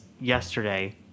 yesterday